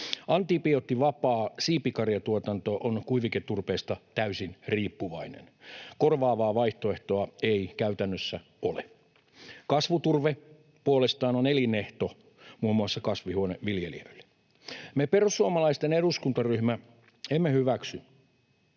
Antibioottivapaa siipikarjatuotanto on kuiviketurpeesta täysin riippuvainen. Korvaavaa vaihtoehtoa ei käytännössä ole. Kasvuturve puolestaan on elinehto muun muassa kasvihuoneviljelijöille. Me, perussuomalaisten eduskuntaryhmä, emme hyväksy